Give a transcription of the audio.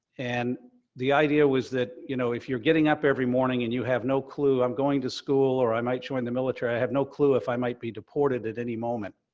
and the idea was that, you know, if you're getting up every morning and you have no clue, i'm going to school, or, i might join the military, i have no clue if i might be deported at any moment.